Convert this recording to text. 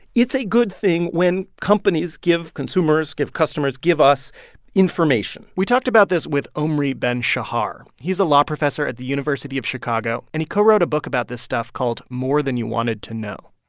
it's a good thing when companies give consumers give customers, give us information we talked about this with omri ben-shahar, he's a law professor at the university of chicago, and he co-wrote a book about this stuff called more than you wanted to know.